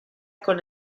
con